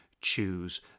choose